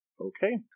Okay